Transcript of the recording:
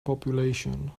population